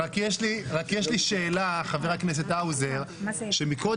רק יש לי שאלה לחבר הכנסת האוזר שמקודם